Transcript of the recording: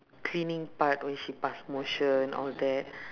cleaning part when she pass motion all that